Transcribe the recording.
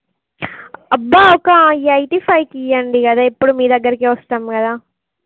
అబ్బా అక్క ఎయిటీ ఫైవ్కు ఇవ్వండి అదే ఎప్పుడు మీ దగ్గరకే వస్తాం కదా